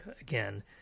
again